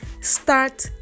start